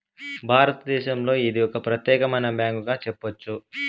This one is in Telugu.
భారతదేశంలో ఇది ఒక ప్రత్యేకమైన బ్యాంకుగా చెప్పొచ్చు